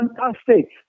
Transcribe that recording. fantastic